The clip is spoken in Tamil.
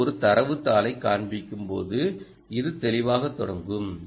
இது ஒரு தரவுத் தாளைக் காண்பிக்கும் போது இது தெளிவாகத் தொடங்கும்